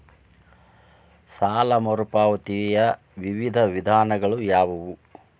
ಸಾಲ ಮರುಪಾವತಿಯ ವಿವಿಧ ವಿಧಾನಗಳು ಯಾವುವು?